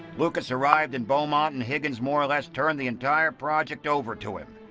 lucas arrived in beaumont and higgins more or less turned the entire project over to him.